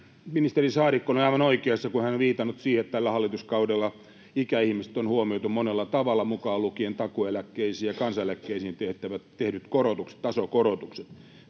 Ministeri Saarikko on aivan oikeassa, kun hän on viitannut siihen, että tällä hallituskaudella ikäihmiset on huomioitu monella tavalla, mukaan lukien takuueläkkeisiin ja kansaneläkkeisiin tehdyt tasokorotukset.